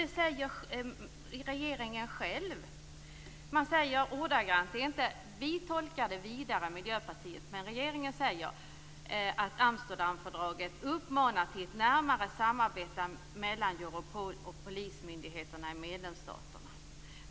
Det säger regeringen själv. Vi i Miljöpartiet tolkar det vidare, men regeringen säger ordagrant att Amsterdamfördraget uppmanar till ett närmare samarbete mellan Europol och polismyndigheterna i medlemsstaterna.